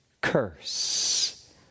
curse